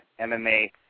MMA